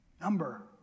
number